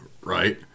right